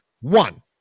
one